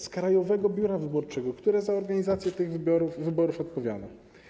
Z Krajowego Biura Wyborczego, które za organizację tych wyborów odpowiada.